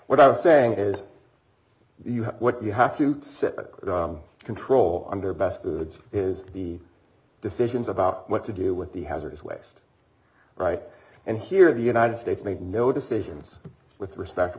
what i'm saying is you have what you have to sit control under best goods is the decisions about what to do with the hazardous waste right and here the united states made no decisions with respect